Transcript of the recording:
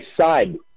side